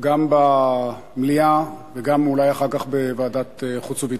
גם במליאה, ואולי אחר כך גם בוועדת חוץ וביטחון.